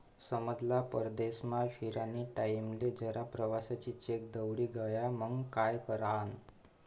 समजा परदेसमा फिरानी टाईमले जर प्रवासी चेक दवडी गया मंग काय करानं?